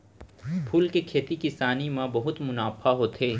फूल के खेती किसानी म बहुत मुनाफा होथे